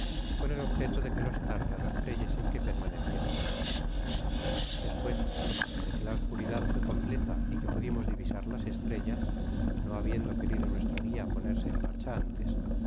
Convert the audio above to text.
con el objeto de que los tártaros creyesen que permaneciamos alli despues desde que la oscuridad fué completa y que pudimos divisar las etrellas no habiendo querido nuestro guia ponerse en marcha antes